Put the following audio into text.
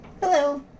Hello